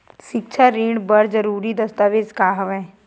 सिक्छा ऋण बर जरूरी दस्तावेज का हवय?